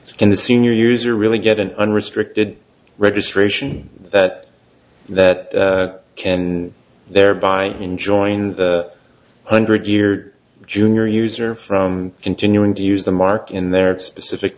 user in the senior user really get an unrestricted registration that that can and thereby enjoying the hundred year junior user from continuing to use the mark in their specific